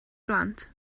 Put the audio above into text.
blant